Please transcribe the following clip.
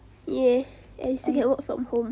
ya and you still can work from home